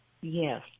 Yes